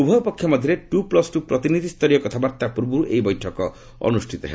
ଉଭୟ ପକ୍ଷ ମଧ୍ୟରେ ଟୁ ପ୍ଲୁସ୍ ଟୁ ପ୍ରତିନିଧି ସ୍ତରୀୟ କଥାବାର୍ତ୍ତା ପୂର୍ବରୁ ଏହି ବୈଠକ ଅନୁଷ୍ଠିତ ହେବ